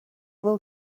will